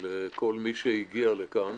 לכל מי שהגיע לכאן